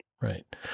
Right